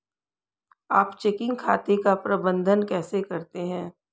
आप चेकिंग खाते का प्रबंधन कैसे करते हैं?